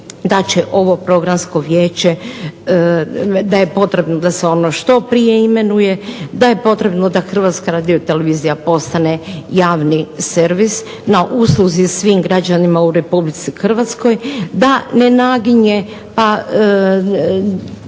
da će ovo Programsko vijeće, da je potrebno da se ono što prije imenuje, da je potrebno da Hrvatska radiotelevizija postane javni servis na usluzi svim građanima u Republici Hrvatskoj, da ne naginje pa